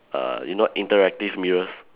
err you know interactive mirrors